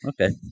Okay